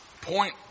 point